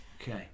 Okay